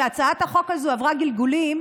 שהצעת החוק הזאת עברה גלגולים,